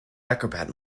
acrobat